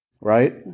right